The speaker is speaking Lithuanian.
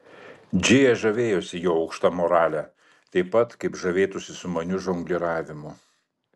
džėja žavėjosi jo aukšta morale taip pat kaip žavėtųsi sumaniu žongliravimu